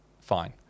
fine